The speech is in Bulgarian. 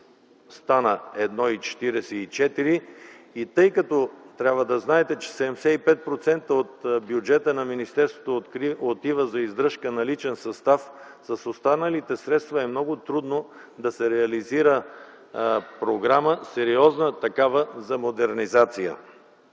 стана 1,4%. Трябва да знаете, че 75% от бюджета на министерството отива за издръжка на личен състав и с останалите средства е много трудно да се реализира сериозна програма за модернизация.